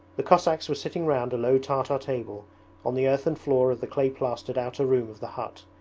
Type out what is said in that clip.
the cossacks were sitting round a low tartar table on the earthen floor of the clay-plastered outer room of the hut,